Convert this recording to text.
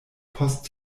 post